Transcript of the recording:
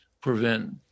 prevent